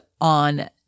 on